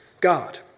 God